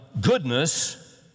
goodness